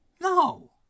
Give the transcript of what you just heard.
No